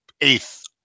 eighth